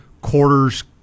quarters